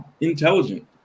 intelligent